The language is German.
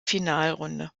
finalrunde